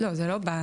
לא, זה לא.